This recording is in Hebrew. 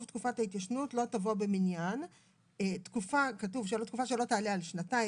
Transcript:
תקופת ההתיישנות לא תבוא במניין תקופה שלא תעלה על שנתיים